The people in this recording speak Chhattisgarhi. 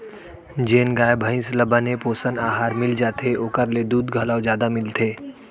जेन गाय भईंस ल बने पोषन अहार मिल जाथे ओकर ले दूद घलौ जादा मिलथे